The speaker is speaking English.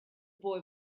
boy